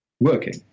working